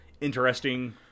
interesting